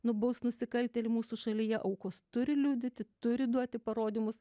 nubaust nusikaltėlį mūsų šalyje aukos turi liudyti turi duoti parodymus